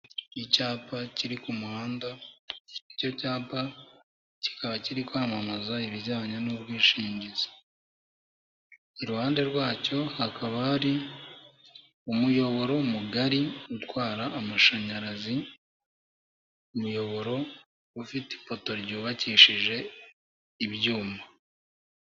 Icyapa kiri ku muhanda, icyo cyapa kikaba kiri kwamamaza ibijyanye n'ubwishingizi, iruhande rwacyo hakaba hari umuyoboro mugari utwara amashanyarazi, umuyoboro ufite ipoto ry'ubakishije ibyuma.